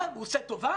מה, הוא עושה טובה?